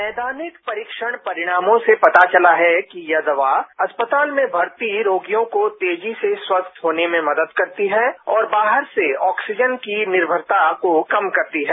नैदानिक परीक्षण परिणामों से पता चला है कि यह दवा अस्पताल में भर्ती रोगियों को तेजी से स्वस्थ होने में मदद करती है और बाहर से ऑक्सीजन की निर्भरता को कम करती है